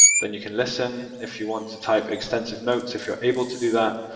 then you can listen, if you want to type extensive notes, if you're able to do that,